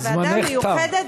ועדה מיוחדת,